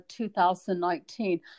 2019